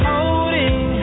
Holding